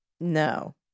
No